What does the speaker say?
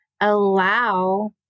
allow